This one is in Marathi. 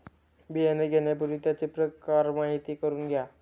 बियाणे घेण्यापूर्वी त्यांचे प्रकार माहिती करून घ्या